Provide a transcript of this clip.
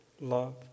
love